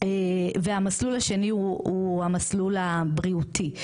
והמסלול השני הוא המסלול הבריאותי.